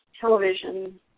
television